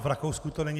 V Rakousku to není.